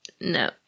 No